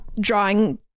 drawing